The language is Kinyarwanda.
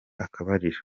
akabariro